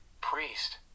priest